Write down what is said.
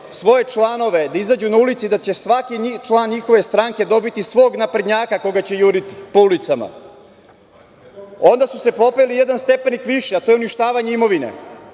svoje članove da izađu na ulice i da će svaki član njihove stranke dobiti svog naprednjaka koga će juriti po ulicama. Onda su se popeli jedan stepenik više, a to je uništavanje imovine.